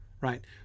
right